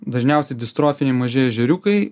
dažniausiai distrofiniai maži ežeriukai